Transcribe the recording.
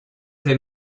tes